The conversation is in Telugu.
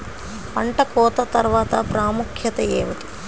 పంట కోత తర్వాత ప్రాముఖ్యత ఏమిటీ?